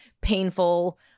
painful